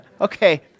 Okay